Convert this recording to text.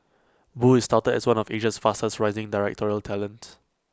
boo is touted as one of Asia's fastest rising directorial talents